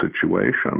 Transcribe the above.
situation